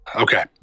Okay